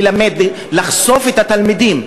מהם ילדים,